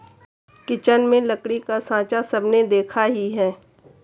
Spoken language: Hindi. किचन में लकड़ी का साँचा सबने देखा ही है